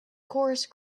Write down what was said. coarse